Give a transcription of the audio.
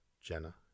Jenna